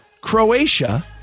Croatia